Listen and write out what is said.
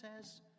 says